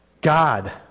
God